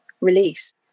release